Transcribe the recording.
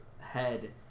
head